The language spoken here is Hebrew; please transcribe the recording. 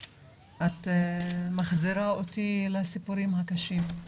את מחזירה אותי לסיפורים הקשים.